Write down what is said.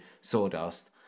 sawdust